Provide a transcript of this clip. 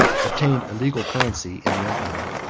obtained a legal currency in the empire.